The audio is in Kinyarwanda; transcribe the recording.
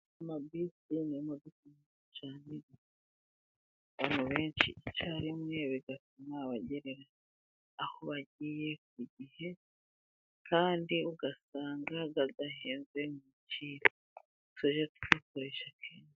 Amabisi ni modoka nziza cyane, zitwara abantu benshi icyarimwe bigatuma bagera aho bagiye ku gihe kandi ugasanga hadahezwe mu biciro, tujye tuzikoresha kenshi.